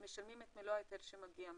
משלמים את מלוא ההיטל שמגיע מהם.